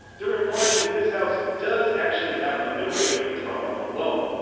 they're implying that this house does actually have a memory of the trauma alone,